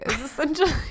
essentially